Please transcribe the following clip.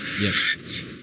Yes